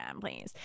please